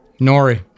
Nori